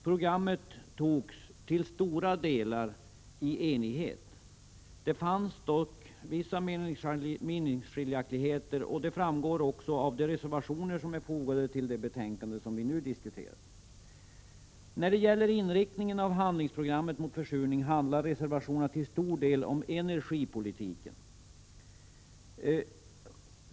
Programmet antogs till stora delar i enighet. Det fanns dock vissa meningsskiljaktigheter, och de framgår också av de reservationer som är fogade till det betänkande vi nu diskuterar. När det gäller inriktningen av handlingsprogrammet mot försurning handlade reservationerna till stor del om energipolitiken.